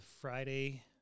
Friday